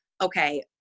okay